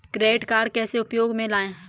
Credit card कैसे उपयोग में लाएँ?